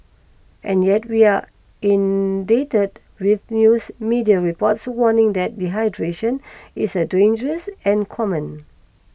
and yet we are with news media reports warning that dehydration is dangerous and common